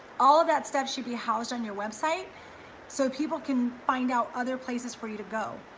all of that stuff should be housed on your website so people can find out other places for you to go.